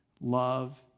love